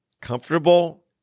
comfortable